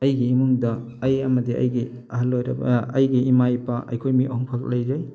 ꯑꯩꯒꯤ ꯏꯃꯨꯡꯗ ꯑꯩ ꯑꯃꯗꯤ ꯑꯩꯒꯤ ꯑꯍꯜ ꯑꯣꯏꯔꯕ ꯑꯩꯒꯤ ꯏꯃꯥ ꯏꯄꯥ ꯑꯩꯈꯣꯏ ꯃꯤ ꯑꯍꯨꯝꯈꯛ ꯂꯩꯖꯩ